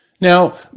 now